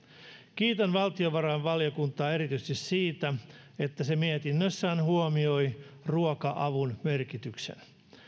kiitän valtiovarainvaliokuntaa erityisesti siitä että se mietinnössään huomioi ruoka avun merkityksen